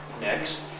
next